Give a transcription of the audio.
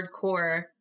hardcore